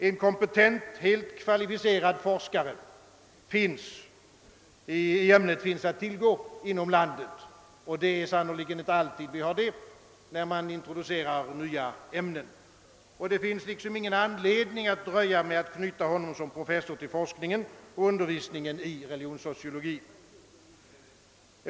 En kompetent, helt kvalificerad forskare i ämnet finns att tillgå inom landet, och det är sannerligen inte alltid fallet när vi introducerar nya ämnen. Det finns ingen anledning att vänta med att knyta honom som professor till forskningen och undervisningen i religionssociologi.